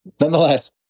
nonetheless